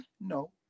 no